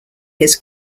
his